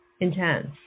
intense